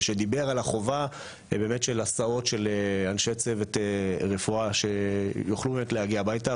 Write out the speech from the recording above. שדיבר על החובה של הסעות של אנשי צוות רפואה שיוכלו להגיע הביתה,